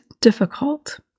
difficult